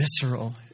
visceral